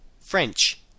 French